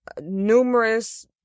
numerous